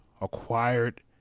acquired